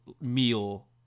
meal